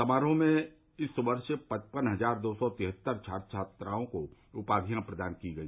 समारोह में इस वर्ष पचपन हजार दो सौ तिहत्तर छात्र छात्राओं को उपाधियां प्रदान की गई